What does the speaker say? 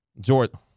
Jordan